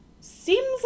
seems